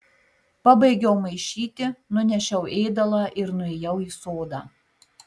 pabaigiau maišyti nunešiau ėdalą ir nuėjau į sodą